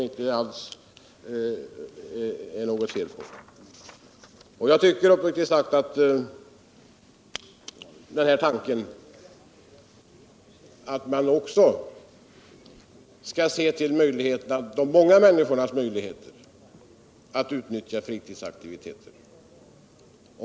Jag tycker att man skall se ull de många minniskornas möjligheter till fritidsaktivitetr.